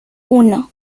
uno